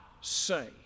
say